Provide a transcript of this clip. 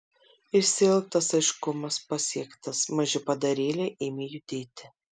išsiilgtas aiškumas pasiektas maži padarėliai ėmė judėti